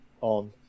on